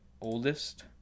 oldest